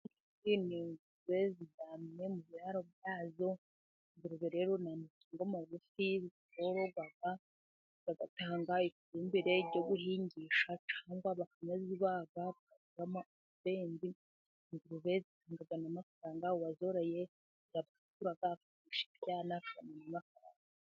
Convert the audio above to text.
Ingurube ziryamye mu biraro byazo, ingurube rero ni amatungo magufi yororwa agatanga ifumbire ryo guhingisha cyangwa bakanazibaga zikabaha akabenzi, ingurube zigira n'amafaranga uwazoroye zirabwagura akagurisha ibyana.